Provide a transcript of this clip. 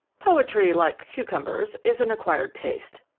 poetry, like cucumbers, is an acquired taste,